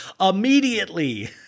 immediately